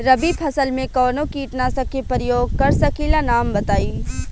रबी फसल में कवनो कीटनाशक के परयोग कर सकी ला नाम बताईं?